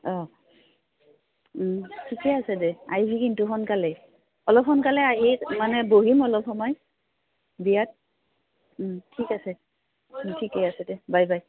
অঁ ঠিকে আছে দে আহিবি কিন্তু সোনকালেই অলপ সোনকালে আহি মানে বহিম অলপ সময় বিয়াত ঠিক আছে ঠিকেই আছে দে বাই বাই